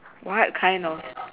what kind of